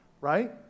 right